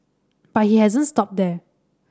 but he hasn't stopped there